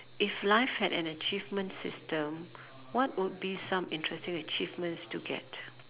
if life had an achievement system what would be some interesting achievements to get